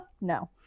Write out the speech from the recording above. No